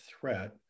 threat